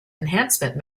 enhancement